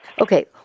Okay